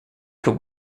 could